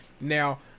Now